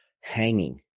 hanging